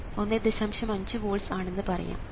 5 volts ആണെന്ന് പറയാം